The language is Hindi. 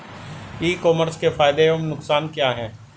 ई कॉमर्स के फायदे एवं नुकसान क्या हैं?